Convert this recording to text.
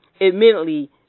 Admittedly